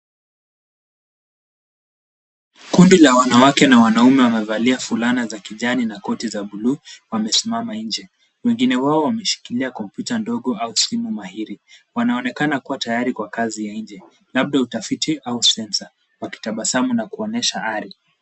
Kundi la wanawake na wanaume wamevalia fulana za kijani na koti za blue wamesimama nje. Wengine wao wameshikilia kompyuta ndogo au simu mahiri. Wanaonekana kuwa tayari kwa kazi ya nje labda utafiti au sensa. Wakitabasamu na kuonyesha hari.